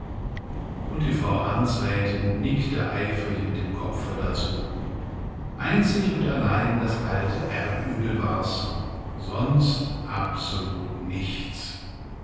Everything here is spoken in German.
und die frau amtsrätin nickte eifrig mit dem kopfe dazu einzig und allein das alte erbübel war's sonst absolut nichts